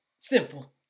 Simple